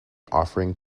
offering